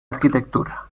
arquitectura